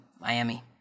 Miami